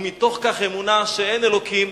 ומתוך כך האמונה שאין אלוקים